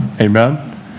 Amen